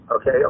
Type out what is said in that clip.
okay